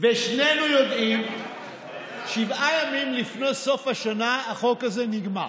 ושנינו יודעים ששבעה ימים לפני סוף השנה החוק הזה נגמר.